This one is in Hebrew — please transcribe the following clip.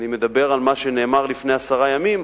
אני מדבר על מה שנאמר לפני עשרה ימים.